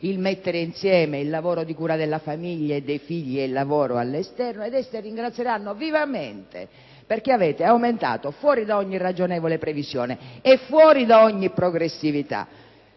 il mettere insieme il lavoro di cura della famiglia e dei figli ed il lavoro all'esterno, ed esse ringrazieranno vivamente, perché avete aumentato, fuori da ogni ragionevole previsione e fuori da ogni gradualità,